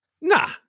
nah